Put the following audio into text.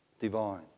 divine